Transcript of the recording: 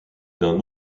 d’un